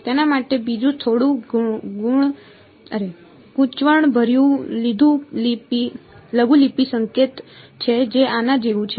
તેના માટે બીજું થોડું ગૂંચવણભર્યું લઘુલિપિ સંકેત છે જે આના જેવું છે